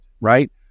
right